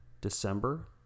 December